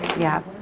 yeah.